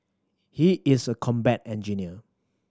he is a combat engineer